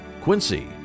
Quincy